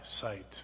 sight